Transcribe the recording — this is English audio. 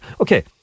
Okay